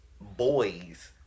boys